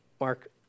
Mark